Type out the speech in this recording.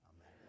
Amen